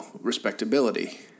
respectability